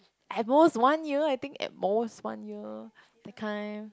at most one year I think at most one year that kind